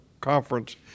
Conference